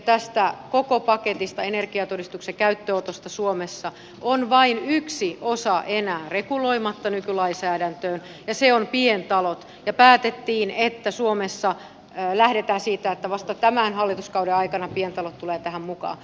tästä koko paketista energiatodistuksen käyttöönotosta suomessa on vain yksi osa enää reguloimatta nykylainsäädäntöön ja se on pientalot ja päätettiin että suomessa lähdetään siitä että vasta tämän hallituskauden aikana pientalot tulevat tähän mukaan